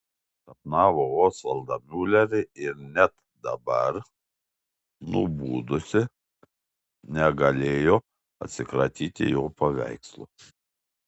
sapnavo osvaldą miulerį ir net dabar nubudusi negalėjo atsikratyti jo paveikslo